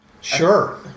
Sure